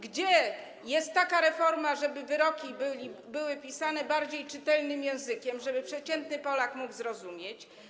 Gdzie jest taka reforma, żeby wyroki były pisane bardziej czytelnym językiem, żeby przeciętny Polak mógł zrozumieć?